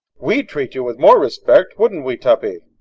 we'd treat you with more respect, wouldn't we, tuppy?